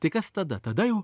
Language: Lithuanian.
tai kas tada tada jau